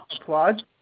applause